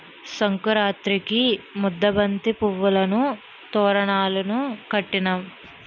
సంకురాతిరికి ముద్దబంతి పువ్వులును తోరణాలును కట్టినాం